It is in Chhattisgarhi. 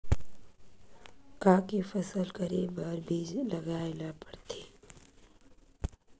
का के फसल करे बर बीज लगाए ला पड़थे?